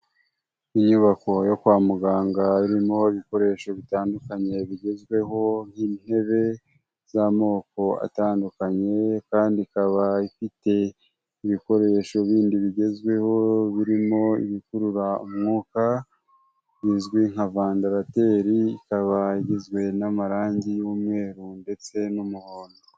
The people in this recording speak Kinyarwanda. Inyubako yo kwa muganga irimo ibikoresho bitandukanye bigezweho nk'intebe z'amoko atandukanye kandi ikaba ifite ibikoresho bindi bigezweho birimo ibikurura umwuka bizwi nka vandarateri ikaba igizwe n'amarangi y'umweru ndetse n'umuhondo.